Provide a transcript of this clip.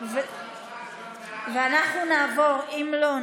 אם לא,